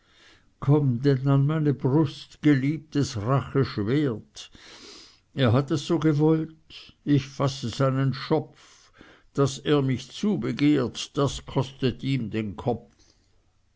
an meine brust geliebtes racheschwert er hat es so gewollt ich fasse seinen schopf daß er mich zubegehrt das kostet ihm den kopf